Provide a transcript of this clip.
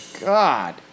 God